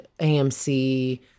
AMC